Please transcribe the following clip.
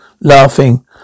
laughing